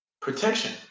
Protection